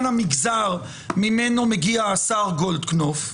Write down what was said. שמדובר במגזר שממנו מגיע השר גולדקנופף